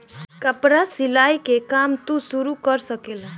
कपड़ा सियला के काम तू शुरू कर सकेला